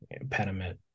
impediment